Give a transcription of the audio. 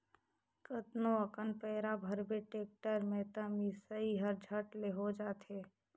कतनो अकन पैरा भरबे टेक्टर में त मिसई हर झट ले हो जाथे